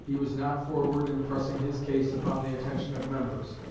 he was not forward in pressing his case upon the attention of members,